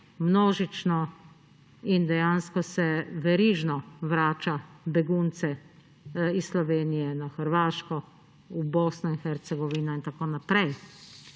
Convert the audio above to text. množično in dejansko se verižno vrača begunce iz Slovenije na Hrvaško, v Bosno in Hercegovino in tako naprej.